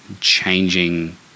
changing